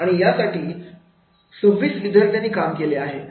आणि यासाठी 26 विद्यार्थ्यांनी काम केले आहे